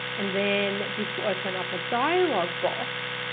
and then this will open up a dialogue box.